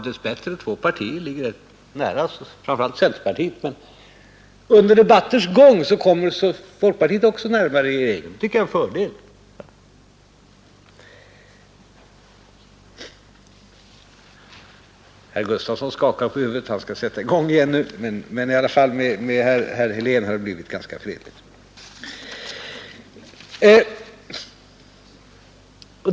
Dessbättre ligger två partier tämligen nära regeringen — framför allt centerpartiet, men under debattens gång har folkpartiet också kommit närmare regeringen, och det tycker jag är en fördel. Herr Gustafson i Göteborg skakar på huvudet; han skall tydligen sätta fart igen nu, men med herr Helén har det i alla fall blivit ganska fredligt.